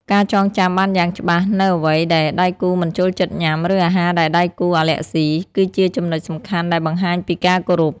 ការចងចាំបានយ៉ាងច្បាស់នូវអ្វីដែលដៃគូមិនចូលចិត្តញ៉ាំ ឬអាហារដែលដៃគូអាឡែស៊ី គឺជាចំណុចសំខាន់ដែលបង្ហាញពីការគោរព។